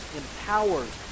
empowers